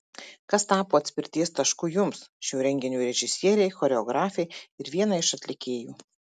kas tapo atspirties tašku jums šio renginio režisierei choreografei ir vienai iš atlikėjų